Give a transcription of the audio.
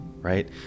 Right